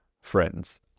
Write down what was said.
friends